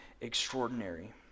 extraordinary